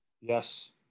Yes